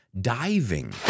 Diving